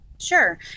Sure